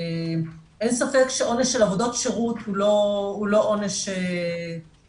אין ספק שעונש של עבודות שירות הוא ללא עונש מרתיע,